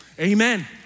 Amen